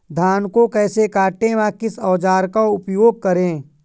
धान को कैसे काटे व किस औजार का उपयोग करें?